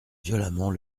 violemment